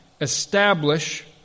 establish